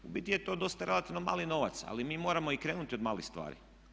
U biti je to dosta relativno mali novac, ali mi moramo i krenuti od malih stvari.